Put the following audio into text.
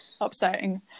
upsetting